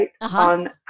on